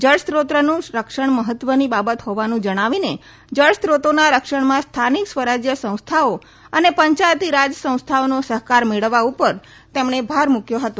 જળસ્રોતનું રક્ષણ મહત્વની બાબત હોવાનું જણાવીને જળસ્રોતોના રક્ષણમા સ્થાનિક સ્વરાજ્યસંસ્થાઓ અને પંચાયતીરાજ સંસ્થાઓનો સહકાર મેળવવા ઉપર તેમણે ભાર મુકયો હતો